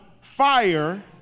fire